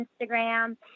Instagram